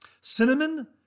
Cinnamon